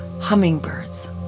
Hummingbirds